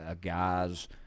guys